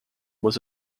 was